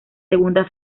segunda